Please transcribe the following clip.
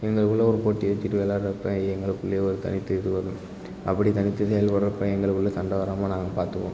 எங்களுக்குள்ளே ஒரு போட்டி வச்சுக்கிட்டு விளாட்றப்ப எங்களுக்குள்ளேயே ஒரு தனித்து இது வரும் அப்படி தனித்து செயல்படுறப்ப எங்களுக்குள்ளே சண்டை வராமல் நாங்கள் பார்த்துப்போம்